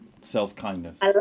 self-kindness